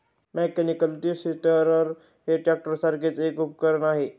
mechanical tree stirrer हे ट्रॅक्टरसारखेच एक उपकरण आहे